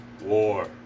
War